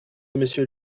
monsieur